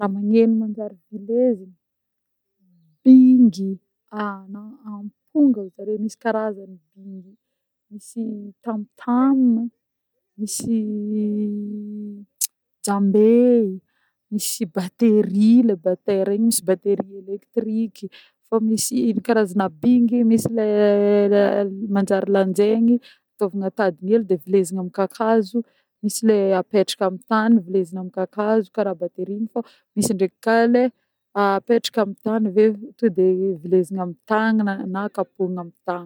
Raha magneno manjary vilesigna: bingy na amponga ozinjare misy karazany bingy, misy tam tam, misy jambehy, misy batterie le batera igny, misy batterie elektriky, fa misy karazana bingy misy le le manjary lanjegna atôvana tadiny hely de vilezigna amin'ny kakazo, misy le apetraka amina tany vilezigna amy kakazo, karaha batterie igny fô, misy ndraiky koà le apetraka amin'ny tany avy eo tonga de velezigna amin'ny tagnana na kapohagna amin'ny tagnana.